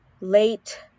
Late